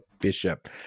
bishop